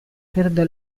perde